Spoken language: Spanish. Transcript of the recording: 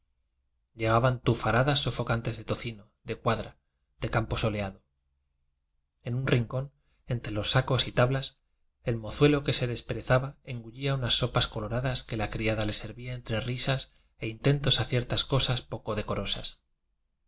llegaban tufaradas sofocantes de tocino de cuadra de campo soleado en un rincón entre unos sacos y tablas el mozuelo que se desperezaba engullía unas sopas coloradas que la criada le ser vía entre risas e intentos a ciertas cosas poco decorosas